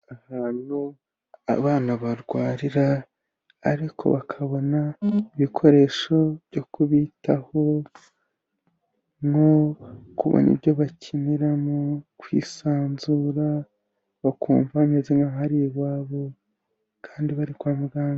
Ahantu abana barwarira ariko bakabona ibikoresho byo kubitaho nko kubona ibyo bakiniramo, kwisanzura bakumva bameze nkaho ari iwabo kandi bari kwa muganga.